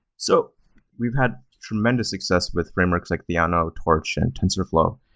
so we've had tremendous success with frameworks like theno, torch, and tensorflow.